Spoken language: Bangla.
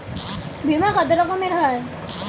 বিমা কত রকমের হয়?